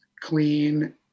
clean